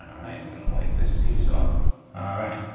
right, we're gonna wipe this piece off. all right,